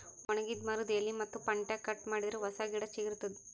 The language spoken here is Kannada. ಒಣಗಿದ್ ಮರದ್ದ್ ಎಲಿ ಮತ್ತ್ ಪಂಟ್ಟ್ಯಾ ಕಟ್ ಮಾಡಿದರೆ ಹೊಸ ಗಿಡ ಚಿಗರತದ್